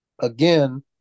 Again